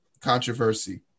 controversy